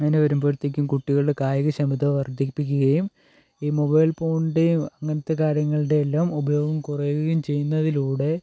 അങ്ങനെ വരുമ്പോഴേയ്ക്കും കുട്ടികളുടെ കായിക ക്ഷമത വർധിപ്പിക്കുകയും ഈ മൊബൈൽ ഫോണിന്റെയും അങ്ങനത്തെ കാര്യങ്ങളുടെ എല്ലാം ഉപയോഗം കുറയുകയും ചെയ്യുന്നതിലൂടെ